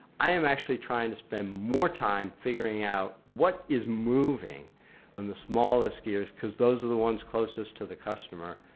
i am actually trying to spend more time figuring out what is moving on the smallest gears because those are the ones closest to the customer.